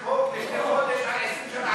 שם ניצלו בנס שני אחים בני שש ותשע.